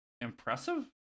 impressive